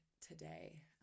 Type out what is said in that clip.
today